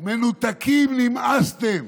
מנותקים, נמאסתם.